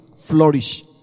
flourish